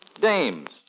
Dames